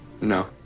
No